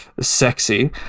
sexy